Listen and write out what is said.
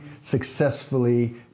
successfully